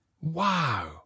Wow